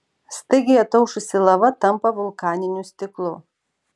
staigiai ataušusi lava tampa vulkaniniu stiklu